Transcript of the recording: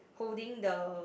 holding the